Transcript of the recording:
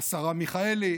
השרה מיכאלי,